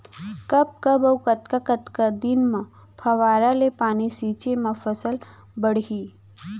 कब कब अऊ कतका कतका दिन म फव्वारा ले पानी छिंचे म फसल बाड़ही?